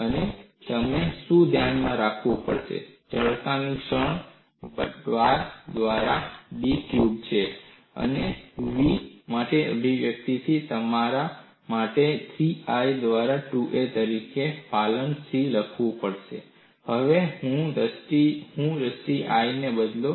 અને તમારે શું ધ્યાનમાં રાખવું પડશે જડતાની ક્ષણ 12 દ્વારા ભ ક્યુબ છે અને v માટે અભિવ્યક્તિથી તમારા માટે 3EI દ્વારા 2a ક્યુબ તરીકે પાલન C લખવું સરળ છે અને હવે હું દ્રષ્ટિએ I ને બદલો